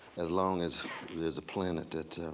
as long as there's a planet that's